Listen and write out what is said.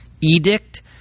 edict